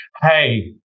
hey